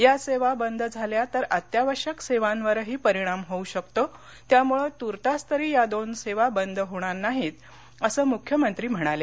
या सेवा बंद झाल्या तर अत्यावश्यक सेवांवरही परिणाम होऊ शकतो त्यामुळे तूर्तास तरी या दोन सेवा बंद होणार नाहीत असं मुख्यमंत्री म्हणाले